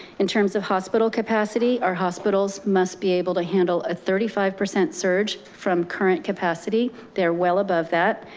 in terms of hospital capacity, our hospitals must be able to handle a thirty five percent surge from current capacity. they're well above that.